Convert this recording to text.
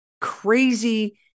crazy